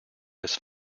this